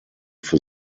für